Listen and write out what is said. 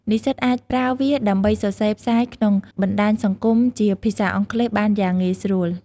និស្សិតអាចប្រើវាដើម្បីសរសេរផ្សាយក្នុងបណ្ដាញសង្គមជាភាសាអង់គ្លេសបានយ៉ាងងាយស្រួល។